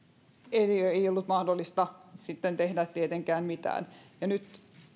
ei ollut mahdollista sitten tehdä tietenkään mitään nyt